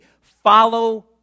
follow